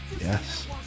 Yes